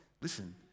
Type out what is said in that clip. listen